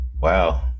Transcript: wow